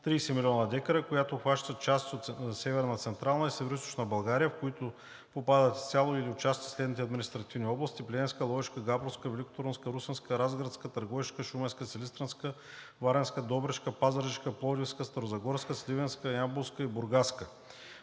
30 млн. дка, която обхваща част от Северна, Централна и Североизточна България, в които попадат изцяло или отчасти следните административни области: Плевенска, Ловешка, Габровска, Великотърновска, Русенска, Разградска, Търговищка, Шуменска, Силистренска, Варненска, Добричка, Пазарджишка, Пловдивска, Старозагорска, Сливенска, Ямболска и Бургаска.